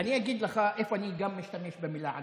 אני אגיד לך איפה אני גם משתמש במילה "עדיף".